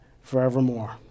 forevermore